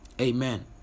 amen